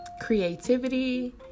creativity